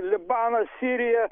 libanas sirija